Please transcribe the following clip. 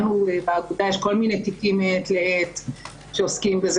לנו באגודה יש כל מיני תיקים מעת לעת שעוסקים בזה.